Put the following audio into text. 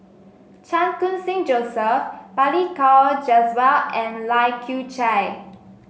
Chan Khun Sing Joseph Balli Kaur Jaswal and Lai Kew Chai